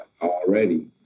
already